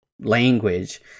language